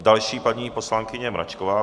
Další, paní poslankyně Mračková.